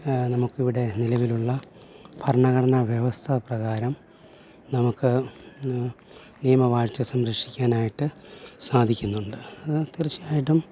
നമുക്ക് ഇവിടെ നിലവിലുള്ള ഭരണഘടന വ്യവസ്ഥ പ്രകാരം നമുക്ക് നിയമ വാഴ്ച്ച സംരക്ഷിക്കാനായിട്ട് സാധിക്കുന്നുണ്ട് അത് തീർച്ചയായിട്ടും